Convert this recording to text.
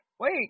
wait